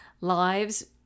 lives